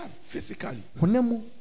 Physically